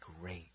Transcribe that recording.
great